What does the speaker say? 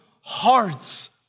hearts